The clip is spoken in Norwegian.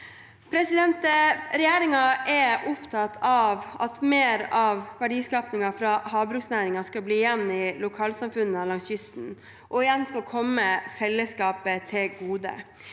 på havet. Regjeringen er opptatt av at mer av verdiskapingen fra havbruksnæringen skal bli igjen i lokalsamfunnene langs kysten og igjen skal komme fellesskapet til gode.